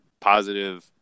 positive